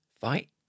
Fight